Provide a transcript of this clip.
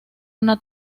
una